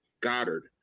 Goddard